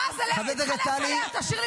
אין לך מושג.